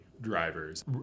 drivers